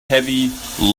heavy